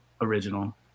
original